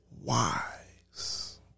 wise